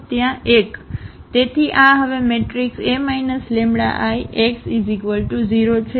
તેથી આ હવે મેટ્રિક્સ A λI x 0 છે